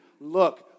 look